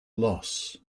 loss